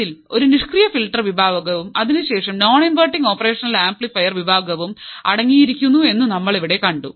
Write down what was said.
അതിൽ ഒരു നിഷ്ക്രിയ ഫിൽട്ടർ വിഭാഗവും അതിനുശേഷം നോൺ ഇൻവെർട്ടിങ് ഓപ്പറേഷനൽ ആംപ്ലിഫയർ വിഭാഗവും അടങ്ങിയിരിക്കുന്നു എന്നു നമ്മൾ ഇവിടെ കണ്ടു